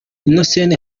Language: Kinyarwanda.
innocent